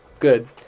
good